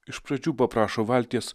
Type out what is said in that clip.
iš pradžių paprašo valties